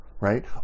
right